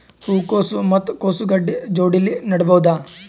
ಹೂ ಕೊಸು ಮತ್ ಕೊಸ ಗಡ್ಡಿ ಜೋಡಿಲ್ಲೆ ನೇಡಬಹ್ದ?